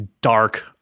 dark